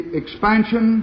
expansion